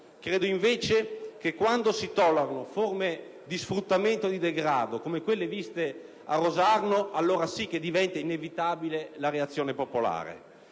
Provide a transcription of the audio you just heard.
Credo invece che, quando si tollerano forme di sfruttamento e degrado come quelle viste a Rosarno, allora sì che diventa inevitabile la reazione popolare.